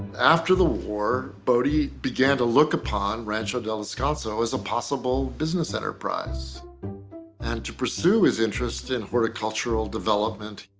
after the war bodie began to look upon rancho del escanso as a possible business enterprise and to pursue his interest in horticultural development.